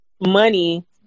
money